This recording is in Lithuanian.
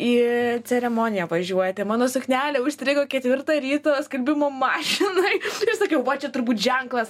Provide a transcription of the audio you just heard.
į ceremoniją važiuoti mano suknelė užstrigo ketvirtą ryto skalbimo mašinoj ir sakiau va čia turbūt ženklas